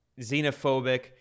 xenophobic